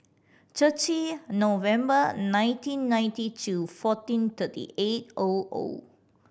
thirty November nineteen ninety two fourteen thirty eight O O